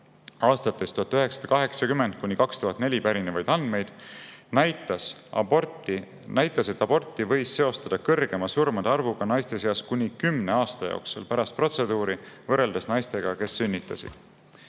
aastatest 1980–2004 pärinevaid andmeid, näitas, et aborti võis seostada suurema surmade arvuga naiste seas kuni 10 aasta jooksul pärast protseduuri, võrreldes naistega, kes sünnitasid.